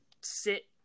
sit